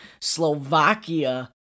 Slovakia